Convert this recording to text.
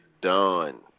done